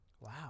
Wow